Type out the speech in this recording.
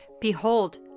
Behold